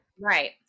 right